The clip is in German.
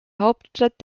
hauptstadt